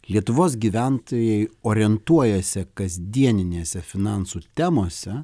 lietuvos gyventojai orientuojasi kasdieninėse finansų temose